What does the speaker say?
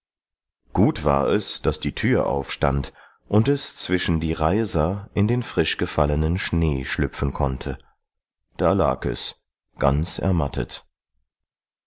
gut war es daß die thür aufstand und es zwischen die reiser in den frischgefallenen schnee schlüpfen konnte da lag es ganz ermattet